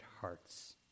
hearts